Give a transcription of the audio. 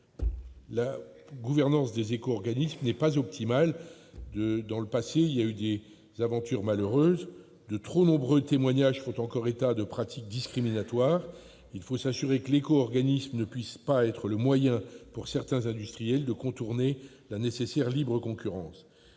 La gouvernance des éco-organismes n'est pas optimale. Dans le passé, des aventures malheureuses se sont produites. De trop nombreux témoignages font encore état de pratiques discriminatoires. Il faut s'assurer que l'éco-organisme ne puisse pas être le moyen pour certains industriels de contourner la nécessaire libre concurrence.